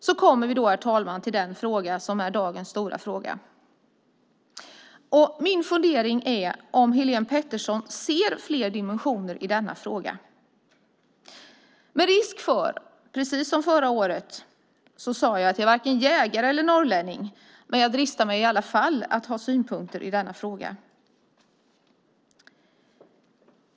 Så kommer vi då till dagens stora fråga. Min fundering är om Helén Pettersson ser fler dimensioner i denna fråga. Precis som förra året säger jag att jag är varken jägare eller norrlänning, men jag dristar mig i alla fall att ha synpunkter i frågan.